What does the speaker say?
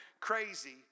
crazy